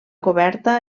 coberta